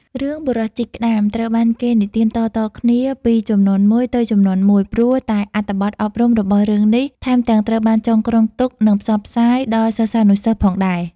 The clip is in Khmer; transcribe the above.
រឿងបុរសជីកក្តាមត្រូវបានគេនិទានតៗគ្នាពីជំនាន់មួយទៅជំនាន់មួយ ព្រោះតែអត្ថន័យអប់រំរបស់រឿងនេះ ថែមទាំងត្រូវបានចងក្រងទុកនិងផ្សព្វផ្សាយដល់សិស្សានុសិស្សផងដែរ។